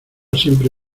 siempre